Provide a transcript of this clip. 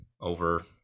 over